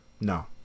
No